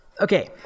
Okay